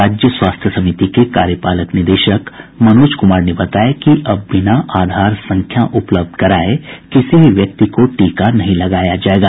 राज्य स्वास्थ्य समिति के कार्यपालक निदेशक मनोज कुमार ने बताया कि अब बिना आधार संख्या उपलब्ध कराये किसी भी व्यक्ति को टीका नहीं लगाया जायेगा